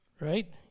Right